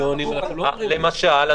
למשל,